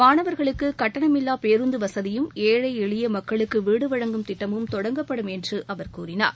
மாணவர்களுக்கு கட்டணமில்லா பேருந்து வசதியும் ஏழை எளிய மக்களுக்கு வீடு வழங்கும் திட்டமும் தொடங்கப்படும் என்று அவர் கூறினார்